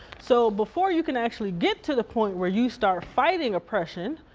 so before you can actually get to the point where you start fighting oppression,